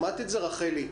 שמעת את השאלה, רחלי?